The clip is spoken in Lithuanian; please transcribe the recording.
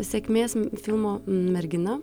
sėkmės filmo mergina